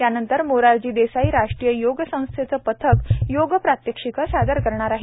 त्यानंतर मोरारजी देसाई राष्ट्रीय योग संस्थेचं पथक योग प्रात्यक्षिकं सादर करणार आहे